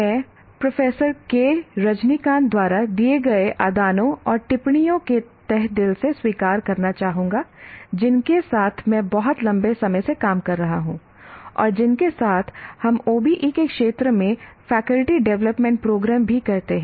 मैं professor K Rajinikanth द्वारा दिए गए आदानों और टिप्पणियों को तहे दिल से स्वीकार करना चाहूंगा जिनके साथ मैं बहुत लंबे समय से काम कर रहा हूं और जिनके साथ हम OBE के क्षेत्र में फैकल्टी डेवलपमेंट प्रोग्राम भी करते हैं